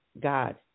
God